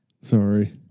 Sorry